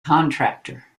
contractor